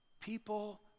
People